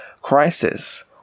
crisis